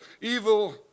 evil